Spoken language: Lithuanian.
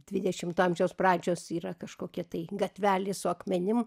dvidešimto amžiaus pradžios yra kažkokie tai gatvelės su akmenim